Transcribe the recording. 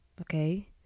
Okay